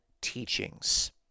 teachings